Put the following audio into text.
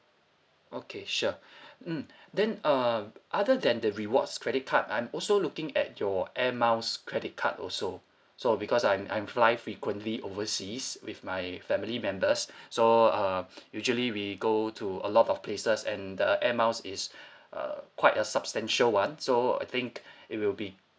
okay sure mm then uh other than the rewards credit card I'm also looking at your air miles credit card also so because I'm I'm fly frequently overseas with my family members so uh usually we go to a lot of places and the air miles is uh quite a substantial one so I think it will be